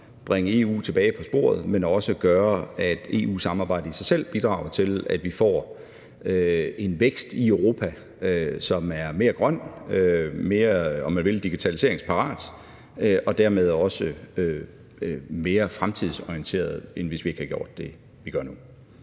bringe EU tilbage på sporet, men også gøre, at EU-samarbejdet i sig selv bidrager til, at vi får en vækst i Europa, som er mere grøn og mere digitaliseringsparat og dermed også mere fremtidsorienteret, end hvis vi ikke havde gjort det, vi gør nu.